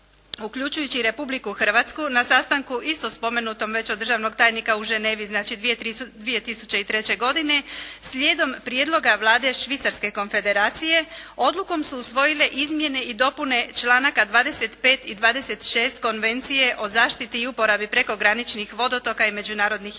uključujući i Republiku Hrvatsku na sastanku isto spomenutom već od državnog tajnika u Ženevi 2003. godine slijedom prijedloga Vlade Švicarske konfederacije odlukom su usvojile izmjene i dopune članaka 25. i 26. Konvencije o zaštiti i uporabi prekograničnih vodotoka i međunarodnih jezera.